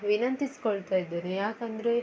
ವಿನಂತಿಸ್ಕೊಳ್ತಾ ಇದ್ದೇನೆ ಯಾಕೆಂದ್ರೆ